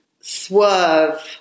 swerve